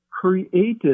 created